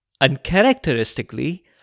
uncharacteristically